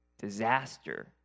disaster